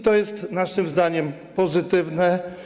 To jest naszym zdaniem pozytywne.